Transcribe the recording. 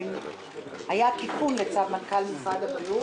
היה תיקון בצו מנכ"ל משרד הבריאות,